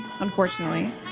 unfortunately